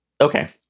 Okay